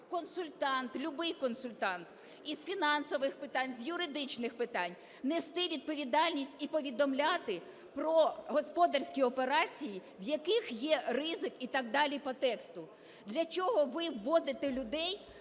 консультант, любий консультант із фінансовий питань, з юридичних питань, нести відповідальність і повідомляти про господарські операції, в яких є ризик, і так далі по тексту. Для чого ви вводите людей